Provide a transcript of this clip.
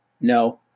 no